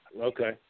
Okay